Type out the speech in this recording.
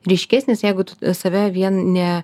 ryškesnis jeigu tu save vien ne